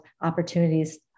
opportunities